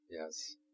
yes